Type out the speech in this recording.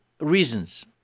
reasons